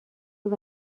بود